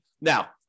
Now